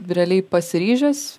realiai pasiryžęs